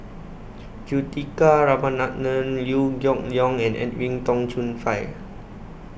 Juthika Ramanathan Liew Geok Leong and Edwin Tong Chun Fai